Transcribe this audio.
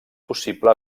possible